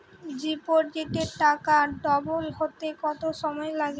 ডিপোজিটে টাকা ডবল হতে কত সময় লাগে?